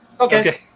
Okay